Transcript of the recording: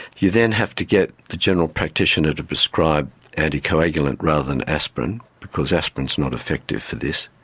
you then have to get the general practitioner to prescribe anticoagulant rather than aspirin because aspirin is not effective for this.